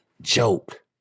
joke